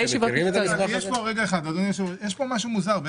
יש כאן משהו מוזר.